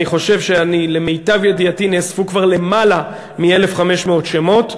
ולמיטב ידיעתי נאספו כבר למעלה מ-1,500 שמות,